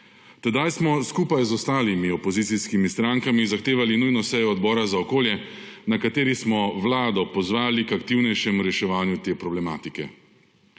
Tedaj smo skupaj z ostalimi opozicijskimi strankam zahtevali nujno sejo Odbora za okolje, na kateri smo Vlado pozvali k aktivnejšem reševanju te problematike.